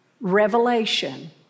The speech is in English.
revelation